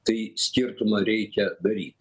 tai skirtumą reikia daryt